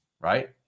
right